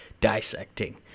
dissecting